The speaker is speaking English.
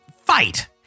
fight